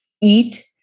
eat